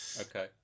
Okay